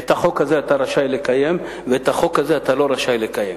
את החוק הזה אתה רשאי לקיים ואת החוק הזה אתה לא רשאי לקיים.